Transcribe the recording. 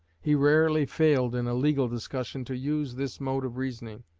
he rarely failed in a legal discussion to use this mode of reasoning.